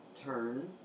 turn